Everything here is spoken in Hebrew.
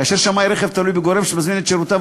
כאשר שמאי רכב תלוי בגורם שמזמין את שירותיו,